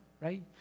right